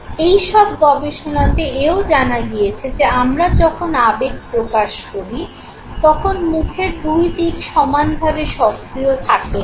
এই সব গবেষণাতে এও জানা গিয়েছে যে আমরা যখন আবেগ প্রকাশ করি তখন মুখের দুইদিক সমান ভাবে সক্রিয় থাকে না